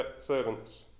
servants